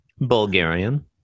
Bulgarian